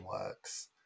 works